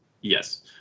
yes